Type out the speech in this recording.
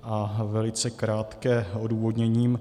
A velice krátké odůvodnění.